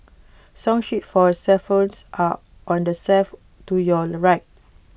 song sheets for xylophones are on the shelf to your right